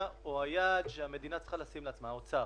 היעד שהמדינה צריכה לשים לעצמה, האוצר,